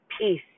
Peace